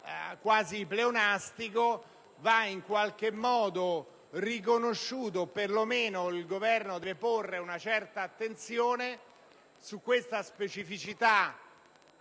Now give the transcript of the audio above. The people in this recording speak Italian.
quasi pleonastico, va riconosciuto; per lo meno il Governo deve porre una certa attenzione su tale specificità